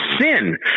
sin